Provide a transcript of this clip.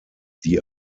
die